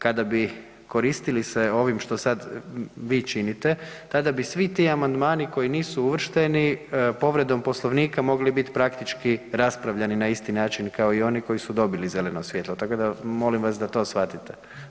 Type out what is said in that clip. Kada bi koristili se ovim što sad vi činite, tada bi svi ti amandmani koji nisu uvršteni povredom Poslovnika mogli biti praktički raspravljani na isti način kao i oni koji su dobili zeleno svjetlo, tako da molim vas da to shvatite.